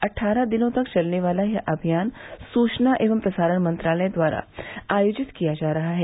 अट्ठारह दिनों तक चलने वाला यह अभियान सूचना एवं प्रसारण मंत्रालय द्वारा आयोजित किया जा रहा है